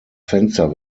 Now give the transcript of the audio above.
fenster